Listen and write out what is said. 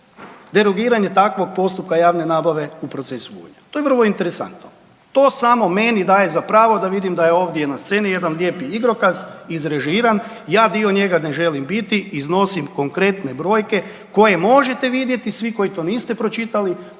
derogiranje takvog postupka javne nabave u procesu Gunja. To je vrlo interesantno. To samo meni daje za pravo da vidim da je ovdje na sceni jedan lijepi igrokaz, izrežiran, ja dio njega ne želim biti, iznosim konkretne brojke, koje možete vidjeti svi koji to niste pročitali,